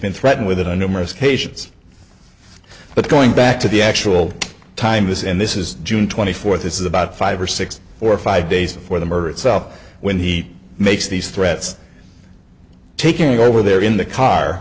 been threatened with the numerous occasions but going back to the actual time is in this is june twenty fourth this is about five or six or five days before the murder itself when he makes these threats taking over there in the car